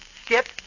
skip